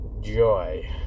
Joy